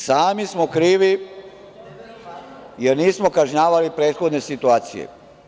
Sami smo krivi jer nismo kažnjavali prethodne situacije.